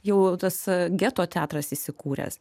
jau tas geto teatras įsikūręs